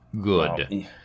Good